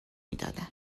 میدادن